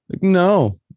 No